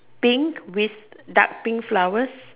pink with dark pink flowers